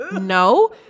No